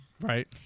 Right